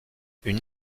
une